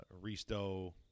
Risto